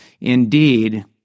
indeed